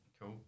Cool